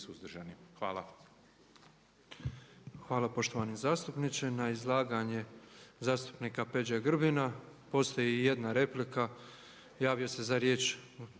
Hvala.